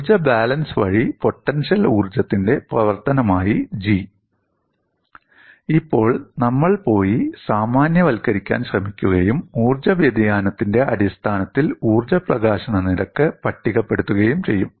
ഊർജ്ജ ബാലൻസ് വഴി പൊട്ടൻഷ്യൽ ഊർജ്ജത്തിന്റെ പ്രവർത്തനമായി G ഇപ്പോൾ നമ്മൾ പോയി സാമാന്യവൽക്കരിക്കാൻ ശ്രമിക്കുകയും ഊർജ്ജ വ്യതിയാനത്തിന്റെ അടിസ്ഥാനത്തിൽ ഊർജ്ജ പ്രകാശന നിരക്ക് പട്ടികപ്പെടുത്തുകയും ചെയ്യും